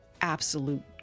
absolute